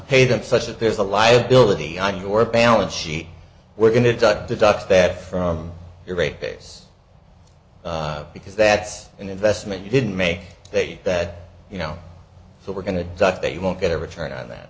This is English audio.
pay them such that there's a liability on your balance sheet we're going to talk to docs that from your rate case because that's an investment you didn't make that that you know so we're going to dock that you won't get a return on that